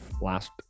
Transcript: last